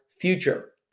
future